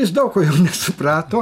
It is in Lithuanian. jis daug ko nesuprato